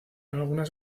algunas